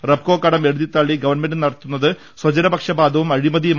റബ്കോ കടം എഴുതിതള്ളി ഗവൺമെന്റ് നടത്തുന്നത് സ്വജനപക്ഷപാതവും അഴിമതിയുമാണ്